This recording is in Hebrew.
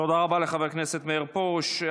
תודה רבה לחבר הכנסת מאיר פרוש.